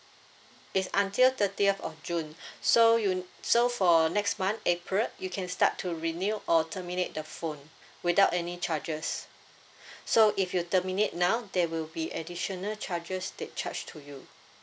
it's until thirtieth of june so you so for next month april you can start to renew or terminate the phone without any charges so if you terminate now there will be additional charges they charge to you